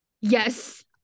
yes